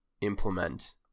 implement